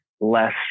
less